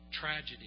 Tragedy